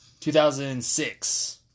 2006